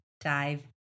dive